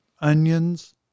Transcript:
onions